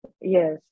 Yes